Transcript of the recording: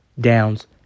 downs